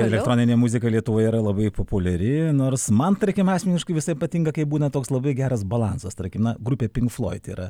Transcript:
elektroninė muzika lietuvoje yra labai populiari nors man tarkim asmeniškai visai patinka kai būna toks labai geras balansas tarkim na grupė pinkfloid tai yra